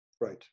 Right